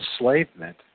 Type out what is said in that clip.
enslavement